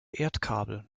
erdkabel